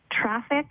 traffic